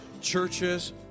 Churches